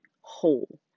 whole